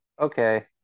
okay